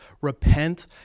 repent